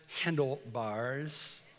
handlebars